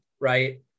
Right